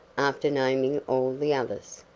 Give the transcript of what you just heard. after naming all the others.